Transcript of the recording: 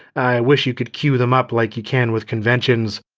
i wish you could queue them up like you can with conventions.